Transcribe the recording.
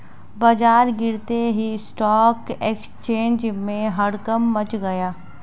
बाजार गिरते ही स्टॉक एक्सचेंज में हड़कंप मच गया